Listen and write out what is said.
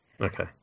Okay